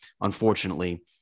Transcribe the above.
unfortunately